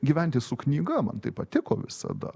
gyventi su knyga man tai patiko visada